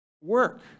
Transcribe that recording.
work